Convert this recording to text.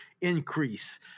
increase